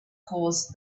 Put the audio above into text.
caused